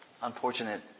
unfortunate